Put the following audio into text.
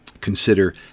consider